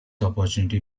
opportunity